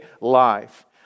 life